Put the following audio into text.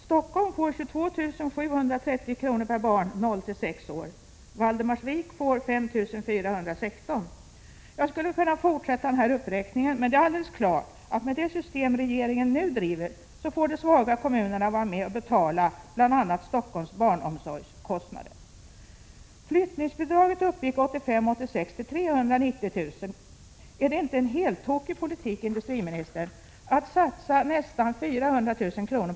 Stockholm får 22 730 kr per barn mellan noll och sex år. Valdemarsvik får 5 416 kr. Jag skulle kunna fortsätta denna uppräkning, men det är alldeles klart att med det system regeringen nu har får de svaga kommunerna vara med och betala bl.a. Stockholms barnomsorgskostnader. Flyttningsbidraget uppgick 1985/86 till 390 000 kr. Är det inte en heltokig politik, industriministern, att satsa nästan 400 000 kr.